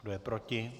Kdo je proti?